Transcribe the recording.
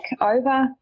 over